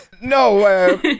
No